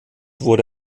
wurde